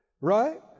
right